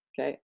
Okay